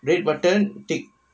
red button tick